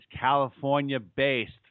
California-based